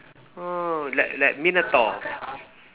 oh like like minotaur